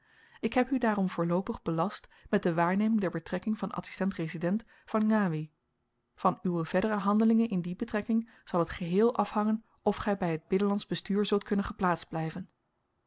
ik heb u daarom voorloopig belast met de waarneming der betrekking van adsistent resident van ngawi van uwe verdere handelingen in die betrekking zal het geheel afhangen of gij bij het binnenlandsch bestuur zult kunnen geplaatst blijven